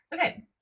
Okay